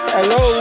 Hello